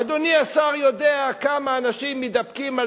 אדוני השר יודע כמה אנשים מתדפקים על